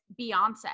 Beyonce